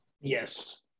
Yes